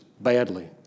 badly